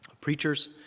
preachers